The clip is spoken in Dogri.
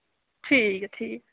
ठीक ऐ ठीक ऐ